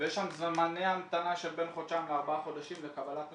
ויש שם זמני המתנה של בין חודשיים לארבעה חודשים לקבלת מטופלים.